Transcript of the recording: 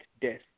Death